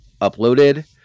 uploaded